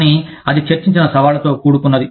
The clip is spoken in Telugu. కానీ అది చర్చించిన సవాళ్ళతో కూడుకున్నది